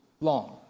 long